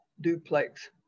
duplex